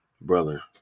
brother